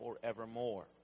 forevermore